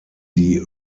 die